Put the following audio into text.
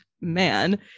man